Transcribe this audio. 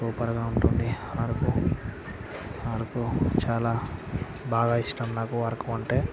సూపర్గా ఉంటుంది అరకు అరకు చాలా బాగా ఇష్టం నాకు అరకు అంటే